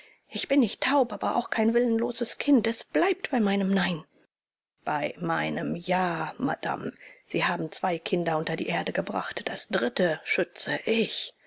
ich bin nicht taub aber auch kein willenloses kind es bleibt bei meinem nein bei meinem ja madame sie haben zwei kinder unter die erde gebracht das dritte schütze ich